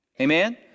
Amen